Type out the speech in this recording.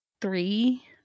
three